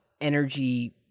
energy